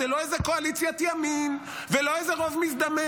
זה לא איזו קואליציית ימין ולא איזה רוב מזדמן,